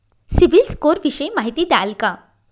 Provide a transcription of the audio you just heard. CIBIL score विषयी माहिती द्याल का?